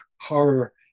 horror